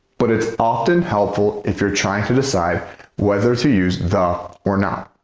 but, it's often helpful if you're trying to decide whether to use the or not.